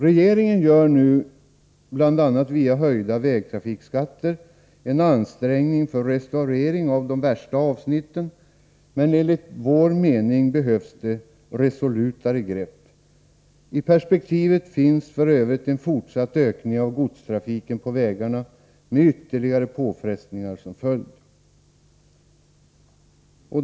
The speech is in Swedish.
Regeringen gör nu bl.a. via höjda vägtrafikskatter en ansträngning för att restaurera de värsta vägavsnitten, men enligt vår mening behövs resolutare grepp. I perspektivet finns f. ö. en fortsatt ökning av godstrafiken på vägarna med ytterligare påfrestningar såsom följd.